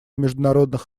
международных